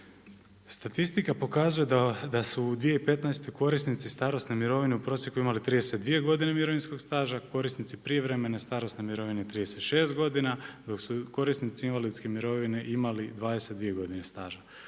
Statistika pokazuje da su u 2015. korisnici starosne mirovne u prosjeku imali 32 godine mirovinskog staža, korisnici prijevremene starosne mirovine 36 godina, dok su korisnici invalidske mirovine imali 22 godine staža.